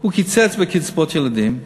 הוא קיצץ בקצבאות ילדים,